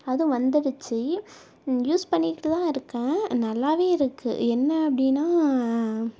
அதுவும் வந்துடுச்சு யூஸ் பண்ணிக்கிட்டு தான் இருக்கேன் நல்லா இருக்கு என்ன அப்படின்னா